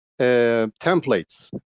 templates